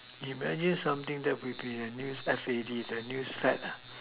imagine something that would be in the new F_A_D the news fad